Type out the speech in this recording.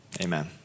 Amen